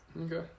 Okay